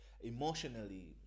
emotionally